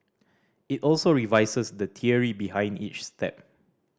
it also revises the theory behind each step